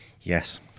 Yes